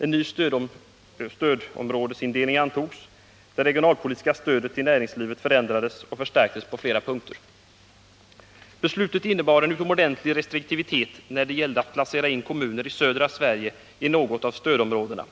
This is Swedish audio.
En ny stödområdesindelning antogs, och det regionalpolitiska stödet till näringslivet förändrades och förstärktes på flera punkter. Beslutet innebar en utomordentlig restriktivitet när det gällde att placera in kommuner i södra Sverige i något av stödområdena.